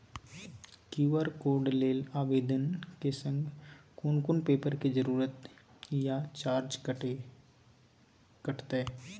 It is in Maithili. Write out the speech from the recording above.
क्यू.आर कोड लेल आवेदन के संग कोन कोन पेपर के जरूरत इ आ चार्ज कत्ते कटते?